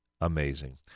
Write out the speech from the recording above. amazing